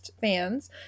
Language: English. fans